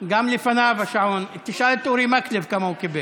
גם לפניו השעון, תשאל את אורי מקלב כמה הוא קיבל.